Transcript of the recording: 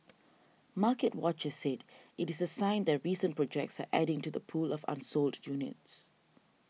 market watchers said it is a sign that recent projects are adding to the pool of unsold units